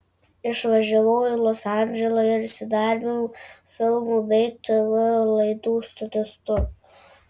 išvažiavau į los andželą ir įsidarbinau filmų bei tv laidų statistu